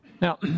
Now